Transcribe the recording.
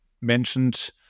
mentioned